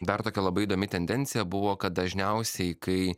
dar tokia labai įdomi tendencija buvo kad dažniausiai kai